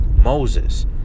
Moses